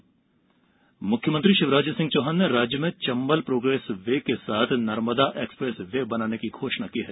Narmada expressway मुख्यमंत्री शिवराज सिंह चौहान ने राज्य में चंबल प्रोग्रेस वे के साथ नर्मदा एक्सप्रेस वे बनाने की घोषणा की है